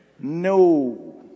No